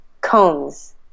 Cones